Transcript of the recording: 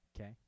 Okay